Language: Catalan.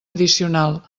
addicional